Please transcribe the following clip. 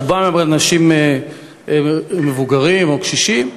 רובם הם אנשים מבוגרים או קשישים,